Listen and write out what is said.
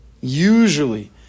usually